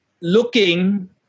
looking